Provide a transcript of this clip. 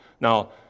Now